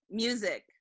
music